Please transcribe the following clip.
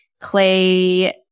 clay